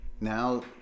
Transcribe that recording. Now